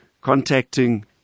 contacting